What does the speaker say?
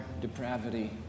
depravity